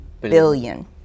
Billion